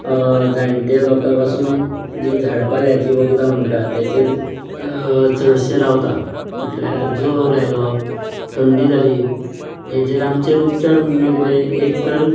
जाणटे लोकां पसून जी झाडांपाल्याची वखदां म्हणटात ताचेर चडशें रावतात म्हटल्यार जोर आयलो थंडी जाली हेजेर आमचे उपचार म्हणजे कितें एक तर